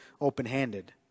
open-handed